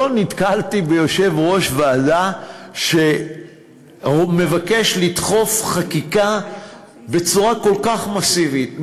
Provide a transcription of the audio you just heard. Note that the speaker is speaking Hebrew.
לא נתקלתי ביושב-ראש ועדה שמבקש לדחוף חקיקה בצורה כל כך מסיבית,